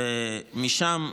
ומשם,